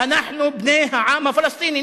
אנחנו בני העם הפלסטיני.